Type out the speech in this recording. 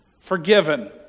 forgiven